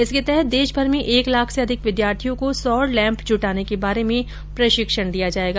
इसके तहत देशभर में एक लाख से अधिक विद्यार्थियों को सौर लैम्प जुटाने के बारे में प्रशिक्षण दिया जाएगा